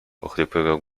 ochrypłego